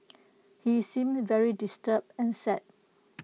he seemed very disturbed and sad